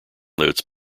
notes